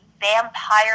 vampire